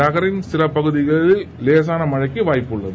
நகரின் சில பகுதிகளில் லேசான மழைக்கு வாய்ப்புள்ளது